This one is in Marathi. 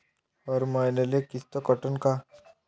हर मईन्याले किस्त कटन का?